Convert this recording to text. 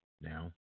Now